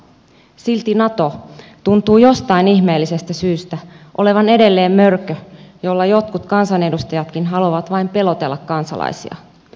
silti nato tuntuu jostain ihmeellisestä syystä olevan edelleen mörkö jolla jotkut kansanedustajatkin haluavat vain pelotella kansalaisia